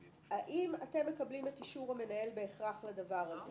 האם אתם מקבלים את אישור המנהל בהכרח לדבר הזה?